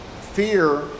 fear